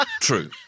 True